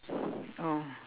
oh